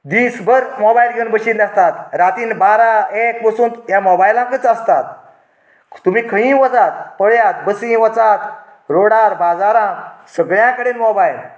दिसभर मोबायल घेवन बशिल्ली आसतात रातीन बारा एक पसून ह्या मोबायलाकूच आसता तुमी खंय वचात पळयात बसी वचात रोडार बाजारांत सगल्या कडेन मोबायल